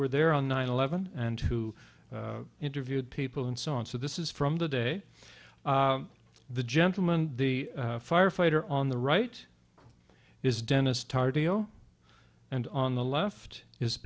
were there on nine eleven and who interviewed people and so on so this is from the day the gentleman the firefighter on the right is dennis tardio and on the left is